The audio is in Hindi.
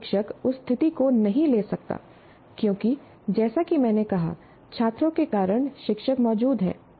एक शिक्षक उस स्थिति को नहीं ले सकता क्योंकि जैसा कि मैंने कहा छात्रों के कारण शिक्षक मौजूद हैं